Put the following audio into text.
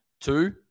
two